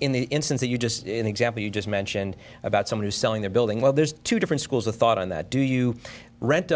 in the instance that you just in the example you just mentioned about some who's selling their building well there's two different schools of thought on that do you rent